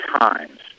times